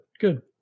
good